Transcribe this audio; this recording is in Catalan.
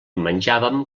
menjàvem